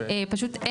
פשוט,